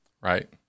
Right